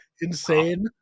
insane